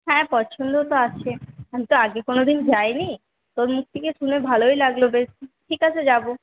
হ্যাঁ পছন্দ তো আছে আমি তো আগে কোনোদিন যাইনি তোর মুখ থেকে শুনে ভালোই লাগল বেশ ঠিক আছে যাব